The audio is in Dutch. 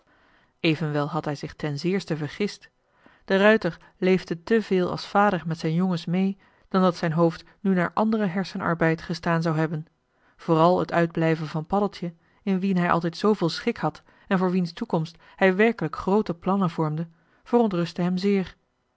had zich ten zeerste vergist de ruijter leefde te veel als vader met zijn jongens mee dan dat zijn hoofd nu naar anderen hersenarbeid gestaan zou hebben vooral het uitblijven van paddeltje in wien hij altijd zooveel schik had en voor wiens toekomst hij werkelijk groote plannen vormde verontrustte hem zeer